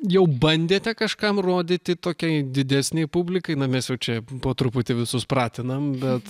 jau bandėte kažkam rodyti tokiai didesnei publikai na mes jau čia po truputį visus pratinam bet